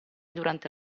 durante